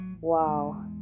wow